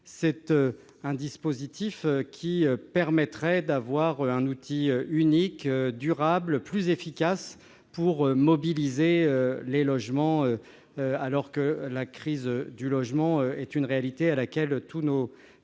Ce dispositif permettrait d'avoir un outil unique, durable, plus efficace pour mobiliser les logements, alors que la crise du logement est une réalité à laquelle tous nos